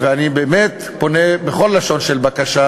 אני באמת פונה בכל לשון של בקשה